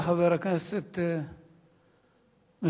תודה לחבר הכנסת מיכאלי.